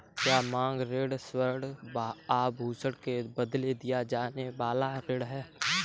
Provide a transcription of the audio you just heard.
क्या मांग ऋण स्वर्ण आभूषण के बदले दिया जाने वाला ऋण है?